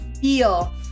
feel